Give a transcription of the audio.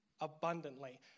abundantly